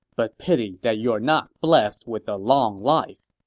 but pity that you are not blessed with a long life.